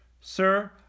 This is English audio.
Sir